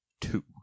Two